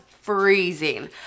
freezing